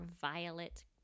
violet